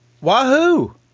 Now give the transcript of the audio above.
Wahoo